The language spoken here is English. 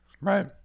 Right